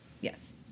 Yes